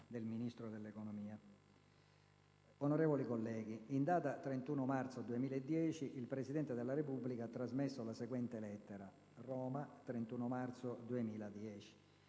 Onorevoli colleghi, in data 31 marzo 2010, il Presidente della Repubblica ha trasmesso la seguente lettera: Roma, 31 marzo 2010